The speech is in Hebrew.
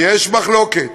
יש מחלוקת,